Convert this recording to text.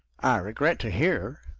i regret to hear,